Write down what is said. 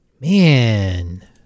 Man